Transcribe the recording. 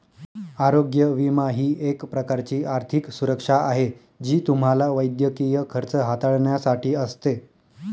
आरोग्य विमा ही एक प्रकारची आर्थिक सुरक्षा आहे जी तुम्हाला वैद्यकीय खर्च हाताळण्यासाठी असते